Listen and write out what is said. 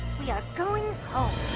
we are going home.